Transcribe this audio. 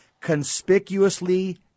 conspicuously